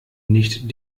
nicht